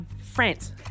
France